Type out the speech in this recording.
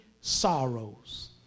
sorrows